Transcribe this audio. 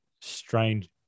strange